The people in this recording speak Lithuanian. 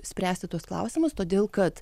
spręsti tuos klausimus todėl kad